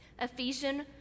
Ephesians